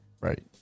Right